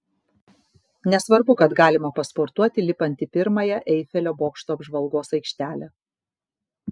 nesvarbu kad galima pasportuoti lipant į pirmąją eifelio bokšto apžvalgos aikštelę